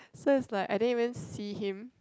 so it's like I didn't even see him